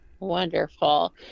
wonderful